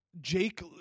Jake